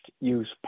use